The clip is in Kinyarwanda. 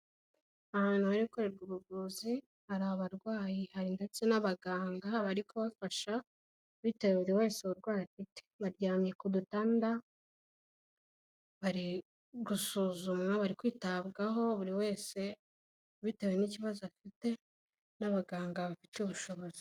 Ahantu hari gukorerwa ubuvuzi, hari abarwayi hari ndetse n'abaganga bari kubafasha, bitewe buri wese uburwayi afite. Baryamye ku dutanda, bari gusuzumwa, bari kwitabwaho, buri wese bitewe n'ikibazo afite n'abaganga bafite ubushobozi.